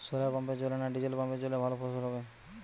শোলার পাম্পের জলে না ডিজেল পাম্পের জলে ভালো ফসল হয়?